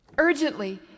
urgently